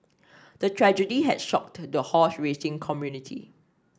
the tragedy had shocked the horse racing community